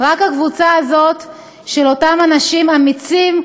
של אותם אנשים אמיצים,